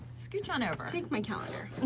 scooch on over. take my towel and